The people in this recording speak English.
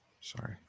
Sorry